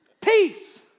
Peace